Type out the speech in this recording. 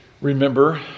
remember